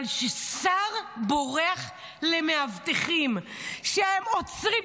אבל ששר בורח למאבטחים כשהם עוצרים,